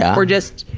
or just,